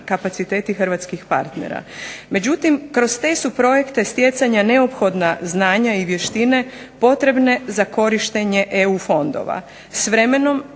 kapaciteti hrvatskih partnera. Međutim kroz te su projekte stjecanja neophodna znanja i vještine potrebne za korištenje EU fondova.